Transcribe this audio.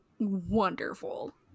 Wonderful